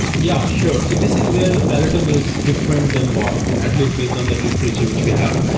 yeah, sure. so this is where peloton is different than borg, at least based on that literature which we have.